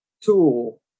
tool